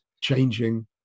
changing